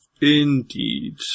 Indeed